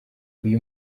uwo